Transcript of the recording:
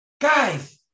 guys